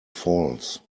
falls